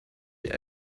die